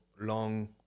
long